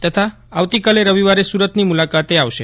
તથા આવતીકાલે રવિવારે સુરતની મુલાકાતે આવશે